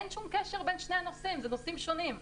אין שום קשר בין שני הנושאים, זה נושאים שונים.